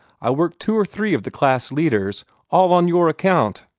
i worked two or three of the class-leaders all on your account.